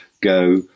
go